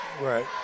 Right